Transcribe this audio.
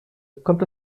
kommt